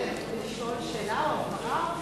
אפשר לשאול שאלה או, הבהרה?